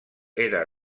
era